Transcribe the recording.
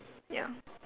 ya